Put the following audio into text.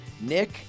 Nick